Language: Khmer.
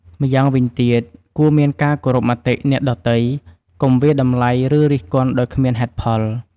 ម្យ៉ាងវិញទៀតគួរមានការគោរពមតិអ្នកដ៏ទៃ កុំវាយតម្លៃឬរិះគន់ដោយគ្មានហេតុផល។